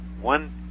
one